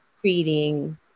creating